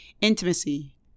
intimacy